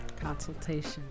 Consultation